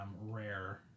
rare